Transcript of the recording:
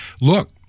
look